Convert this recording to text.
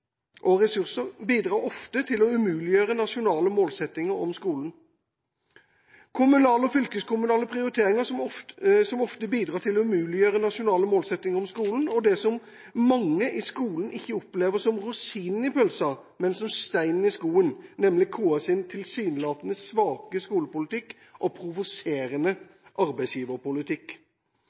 og ressurser bidrar ofte til å umuliggjøre nasjonale målsettinger om skolen, og det som mange i skolen ikke opplever som rosinen i pølsa, men som steinen i skoen, er nemlig KS’ tilsynelatende svake skolepolitikk og provoserende arbeidsgiverpolitikk.